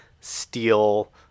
steel